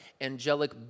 angelic